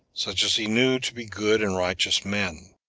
such as he knew to be good and righteous men.